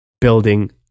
building